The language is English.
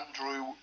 Andrew